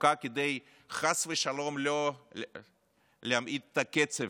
החוקה כדי שחס ושלום לא להאט את הקצב,